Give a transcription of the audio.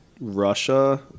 Russia